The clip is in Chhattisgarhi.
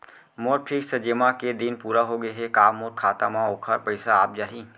मोर फिक्स जेमा के दिन पूरा होगे हे का मोर खाता म वोखर पइसा आप जाही?